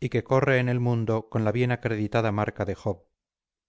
y que corre en el mundo con la bien acreditada marca de